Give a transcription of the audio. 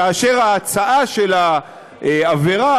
כאשר ההצעה של העבירה